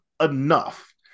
enough